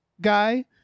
guy